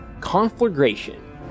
Conflagration